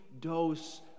dose